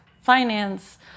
finance